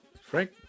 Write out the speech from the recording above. Frank